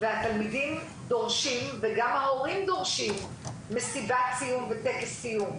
והתלמידים דורשים וגם ההורים דורשים מסיבת סיום וטקס סיום.